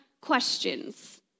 questions